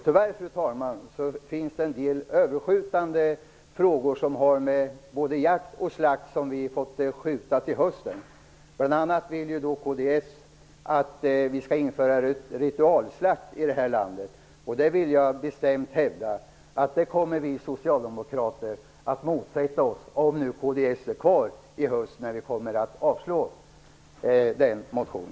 Tyvärr finns det, fru talman, en del frågor som har med både jakt och slakt att göra och som vi får skjuta över till hösten. Kds vill bl.a. att vi skall införa ritualslakt i det här landet. Jag vill bestämt hävda att vi socialdemokrater kommer att motsätta oss det -- vi får se om kds är kvar i riksdagen när vi behandlar den frågan.